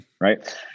right